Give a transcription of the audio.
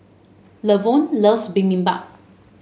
Lavonne loves Bibimbap